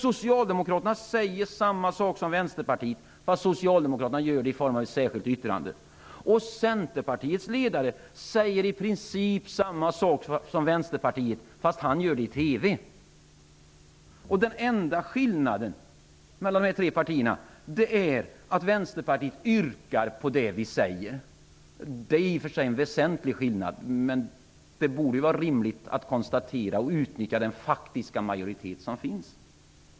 Socialdemokraterna säger samma sak som Vänsterpartiet, men de gör det i form av ett särskilt yttrande. Centerpartiets ledare säger i princip samma sak som Vänsterpartiet, men han gör det i TV. Den enda skillnaden mellan dessa tre partier är att vi i Vänsterpartiet yrkar på det vi säger. Det är i och för sig en väsentlig skillnad, men det borde vara rimligt att utnyttja den faktiska majoriteten.